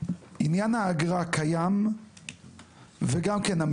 עניין האגרה קיים וגם כן,